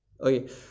okay